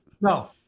No